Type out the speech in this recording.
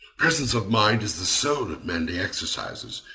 presence of mind is the soul of manly exercises.